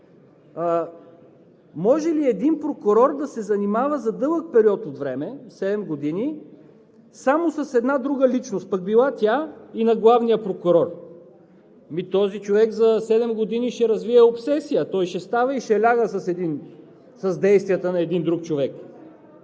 Може ли един прокурор да се занимава за дълъг период от време – 7 години, само с една друга личност, пък била тя и на главния прокурор? Ами този човек за седем години ще развие обсесия – той ще става и ще ляга с действията на един друг човек.